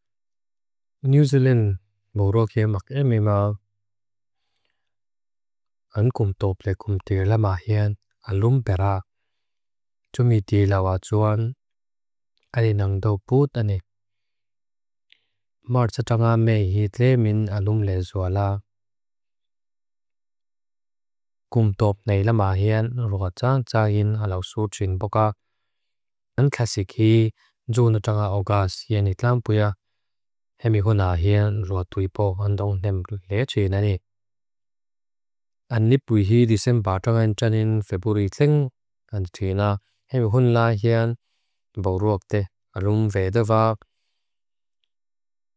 Ñuizilin moro ke mak emimá, an kúmtóple kúm tílamahé án alúm pera. Tumití lauá tsuán, alinangdó bút áni. Mártsa tanga me hitlé min alúm lé zuála. Kúmtóp náilamahé án roa tsa tsa hin aláwsú trín poká. An kásik hí dzúna tanga augás hien itlámpuya. Hemihunahé án roa tuipó andóng nemruilea trín áni. An nipuihí disen bátangain tsanín feburí tíng anditín án. Hemihunahé án nborúak te alúm vedavák.